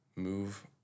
move